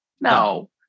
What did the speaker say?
No